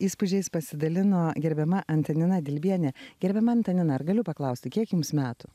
įspūdžiais pasidalino gerbiama antanina dilbienė gerbiama antanina ar galiu paklausti kiek jums metų